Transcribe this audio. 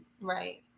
right